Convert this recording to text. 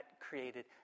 created